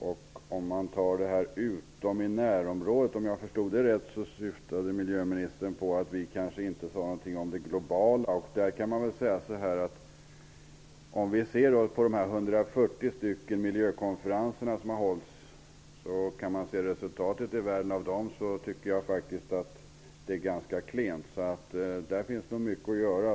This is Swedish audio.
Om jag förstod det som miljöministern sade om ''utom i närområdet'' rätt så syftade miljöministern på att vi inte sade någonting om de globala problemen. Resultatet av de 140 miljökonferenser som har hållits i världen är ganska klent. På det området finns det nog mycket att göra.